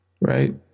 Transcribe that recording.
Right